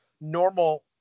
normal